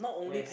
yes